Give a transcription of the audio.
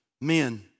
Men